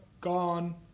gone